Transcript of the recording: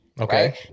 okay